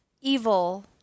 evil